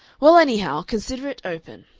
well, anyhow, consider it open.